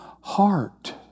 heart